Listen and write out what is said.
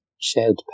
Shared